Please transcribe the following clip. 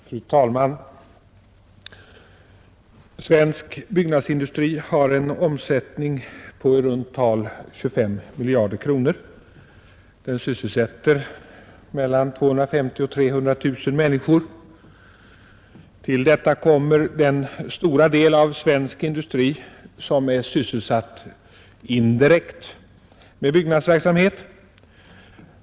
Fru talman! Svensk byggnadsindustri har en omsättning på i runt tal 25 miljarder kronor. Den sysselsätter mellan 250 000 och 300 000 människor. Till detta kommer den stora del av svensk industri som är sysselsatt indirekt med byggnadsverksamhet.